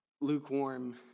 lukewarm